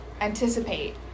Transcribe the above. Anticipate